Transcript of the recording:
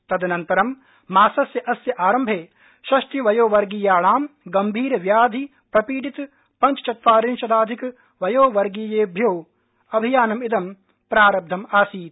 तदनन्तरं मासस्यास्य आरम्भे षष्टिवयोवर्गीयाणां गभीरव्याधिप्रपीडित पंचचत्वारिंशदधिवयोवर्गीयेभ्यश्च अभियानमिदं प्रारब्धमासीत्